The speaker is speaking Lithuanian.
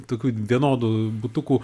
tokių vienodų butukų